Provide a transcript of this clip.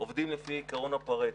עובדים לפי עיקרון הפארטו.